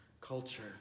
culture